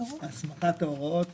הסמכת ההוראות